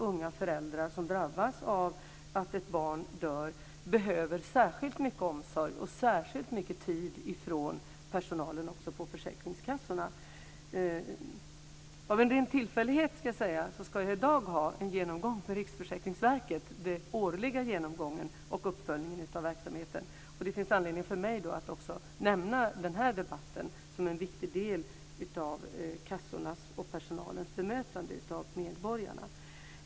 Unga föräldrar som drabbas av att ett barn dör behöver ju särskilt mycket omsorg och särskilt mycket tid från personalen också på försäkringskassorna. Av en ren tillfällighet, kan jag säga, ska jag i dag ha en genomgång med Riksförsäkringsverket. Det är den årliga genomgången och uppföljningen av verksamheten. Då finns det anledning för mig att också nämna den här debatten som en viktig del i kassornas och personalens bemötande av medborgarna.